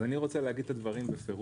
אז אני רוצה להגיד את הדברים בפירוש